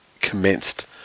commenced